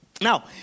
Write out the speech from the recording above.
Now